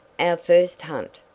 our first hunt.